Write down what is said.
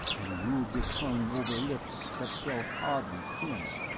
and he moved his tongue over lips that felt oddly thin.